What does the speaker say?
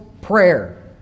prayer